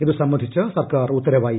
ഇതുസംബന്ധിച്ച് സർക്കാർ ഉത്തരവായി